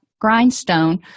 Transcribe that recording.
grindstone